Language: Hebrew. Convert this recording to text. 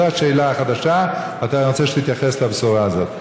זו השאלה החדשה, אני רוצה שתתייחס לבשורה הזאת.